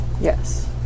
Yes